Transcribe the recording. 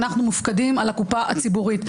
ואנחנו מופקדים על הקופה הציבורית.